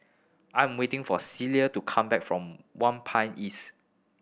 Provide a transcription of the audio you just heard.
I'm waiting for Celia to come back from East